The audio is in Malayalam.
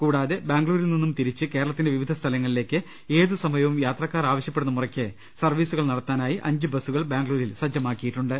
കൂടാതെ ബാംഗ്ലൂരിൽ നിന്നും തിരിച്ച് കേരളത്തിന്റെ വിവിധ സ്ഥലങ്ങളിലേക്ക് ഏതുസമയവും യാത്രക്കാർ ആവശ്യപ്പെടുന്ന മുറയ്ക്ക് സർവീസുകൾ നടത്താനായി അഞ്ച് ബ സ്സുകൾ ബാംഗ്ലൂരിൽ സജ്ജമാക്കിയിട്ടുണ്ട്